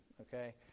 okay